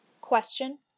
Question